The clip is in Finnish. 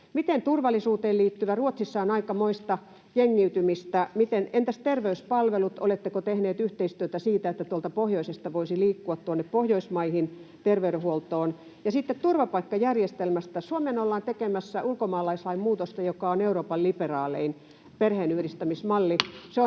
tehty turvallisuuteen liittyen? Ruotsissa on aikamoista jengiytymistä. Entäs terveyspalvelut? Oletteko tehneet yhteistyötä siinä, että tuolta pohjoisesta voisi liikkua Pohjoismaihin terveydenhuoltoon? Ja sitten turvapaikkajärjestelmästä: Suomeen ollaan tekemässä ulkomaalaislain muutosta, jossa on Euroopan liberaalein perheenyhdistämismalli.